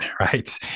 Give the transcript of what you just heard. right